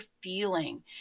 feeling